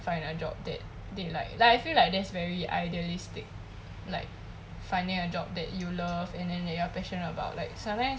find a job that they like like I feel like that's very idealistic like finding a job that you love and then that you are passionate about like sometimes